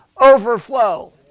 overflow